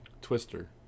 Twister